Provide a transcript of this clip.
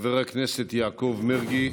חבר הכנסת יעקב מרגי.